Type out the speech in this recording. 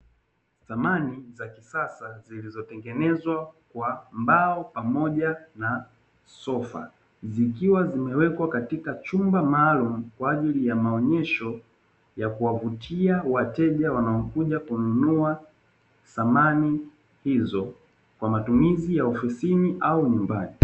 Samani za kisasa zilizo tengenezwa kwa mbao pamoja na sofa, zikiwa zimewekwa katika chumba maalumu kwa ajili ya maonyesho ya kuwavutia wateja wanaokuja kununua samani hizo kwa matumizi ya ofisini au nyumbani.